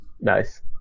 Nice